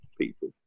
people